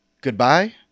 Goodbye